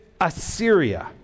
Assyria